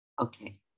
Okay